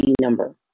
number